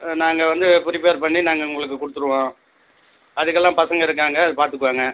ஆ நாங்கள் வந்து ப்ரிப்பேர் பண்ணி நாங்கள் உங்களுக்கு கொடுத்துருவோம் அதுக்கெல்லாம் பசங்க இருக்காங்கள் அது பார்த்துக்குவாங்க